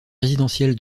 résidentiel